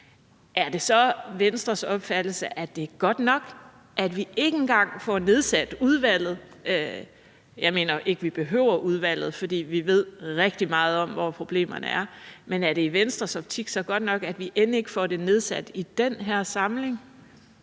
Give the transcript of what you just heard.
Er det så Venstres opfattelse, at det er godt nok, at vi ikke engang får nedsat udvalget? Jeg mener ikke, at vi behøver udvalget, for vi ved rigtig meget om, hvor problemerne er. Men er det i Venstres optik så godt nok, at vi end ikke får det nedsat i den her samling?